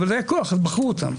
אבל זה היה כוח אז בחרו אותם.